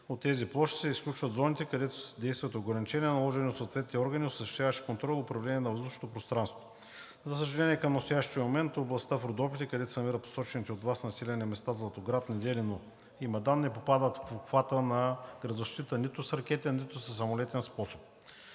От тези площи се изключват зоните, където действат ограничения, наложени от съответните органи, осъществяващи контрол и управление на въздушното пространство. За съжаление, към настоящия момент областта в Родопите, където се намират посочените от Вас населени места: Златоград, Неделино и Мадан, не попадат в обхвата на градозащита нито с ракетен, нито със самолетен способ.